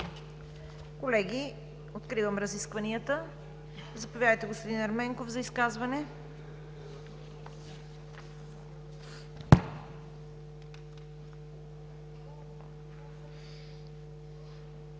Колеги, откривам разискванията. Заповядайте, господин Ерменков, за изказване. ТАСКО